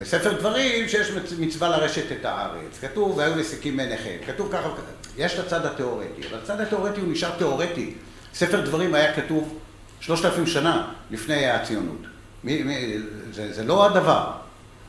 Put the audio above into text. בספר דברים שיש מצווה לרשת את הארץ כתוב והיו מסיקים מן אחד כתוב ככה יש את הצד התיאורטי אבל הצד התיאורטי הוא נשאר תיאורטי ספר דברים היה כתוב שלושת אלפים שנה לפני הציונות זה לא הדבר.